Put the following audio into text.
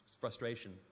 frustration